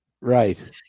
Right